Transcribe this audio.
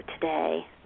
today